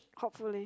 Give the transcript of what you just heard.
hopefully